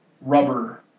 rubber